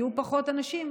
יהיו פחות אנשים,